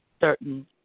certain